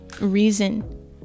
reason